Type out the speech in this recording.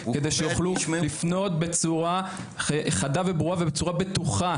כדי שיוכלו לפנות בצורה חדה וברורה ובצורה בטוחה